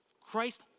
Christ